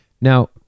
Now